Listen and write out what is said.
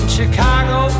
Chicago